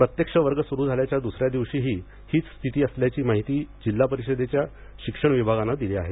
प्रत्यक्ष वर्ग सुरू झाल्याच्या दुसऱ्या दिवशीही हीच स्थिती असल्याची माहिती जिल्हा परिषदेच्या शिक्षण विभागाने दिली आहे